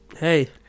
Hey